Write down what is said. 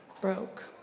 broke